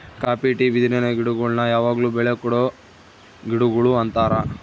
copy tea ಬಿದಿರಿನ ಗಿಡಗುಳ್ನ ಯಾವಗ್ಲು ಬೆಳೆ ಕೊಡೊ ಗಿಡಗುಳು ಅಂತಾರ